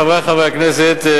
חברי חברי הכנסת,